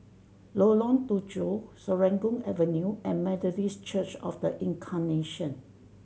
Lengkong Tujuh Serangoon Avenue and Methodist Church Of The Incarnation